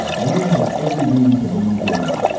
graham has every reason to believe he'll win.